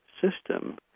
system